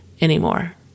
anymore